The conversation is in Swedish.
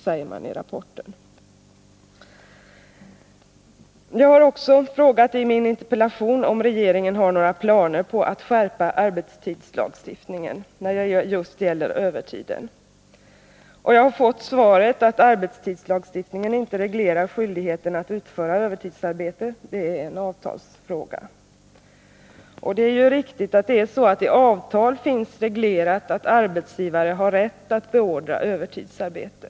Jag har i min interpellation också frågat, om regeringen har några planer på att skärpa arbetstidslagstiftningen när det gäller just övertiden. Jag har fått svaret att arbetstidslagstiftningen inte reglerar skyldigheten att utföra övertidsarbete, det är en avtalsfråga. Det är ju riktigt att det i avtal finns reglerat att arbetsgivare har rätt att beordra övertidsarbete.